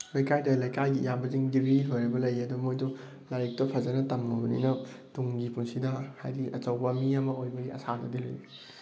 ꯂꯩꯀꯥꯏꯗ ꯂꯩꯀꯥꯏꯒꯤ ꯏꯌꯥꯝꯕꯁꯤꯡ ꯗꯤꯒ꯭ꯔꯤ ꯂꯣꯏꯔꯕ ꯂꯩ ꯑꯗꯨ ꯃꯣꯏꯗꯨ ꯂꯥꯏꯔꯤꯛꯇꯨ ꯐꯖꯅ ꯇꯝꯃꯕꯅꯤꯅ ꯇꯨꯡꯒꯤ ꯄꯨꯟꯁꯤꯗ ꯍꯥꯏꯗꯤ ꯑꯆꯧꯕ ꯃꯤ ꯑꯃ ꯑꯣꯏꯕꯒꯤ ꯑꯁꯥꯗꯗꯤ ꯂꯩꯔꯤ